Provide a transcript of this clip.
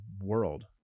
world